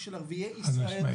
הערה קצרה.